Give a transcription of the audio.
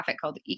called